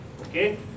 Okay